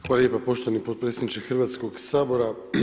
Hvala lijepo poštovani potpredsjedniče Hrvatskog sabora.